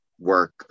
work